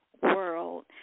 world